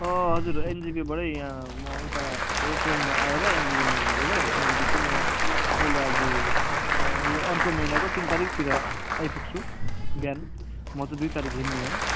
अँ हजुर एनजेपीबाटै यहाँ म उता के अरे ट्रेनमा आएर एनजेपीमा झरेर एनजेपी चाहिँ म कहिले आज यो अर्को महिनाको तिन तारिकतिर आइपुग्छु बिहान म चाहिँ दुई तारिक हिँड्ने हो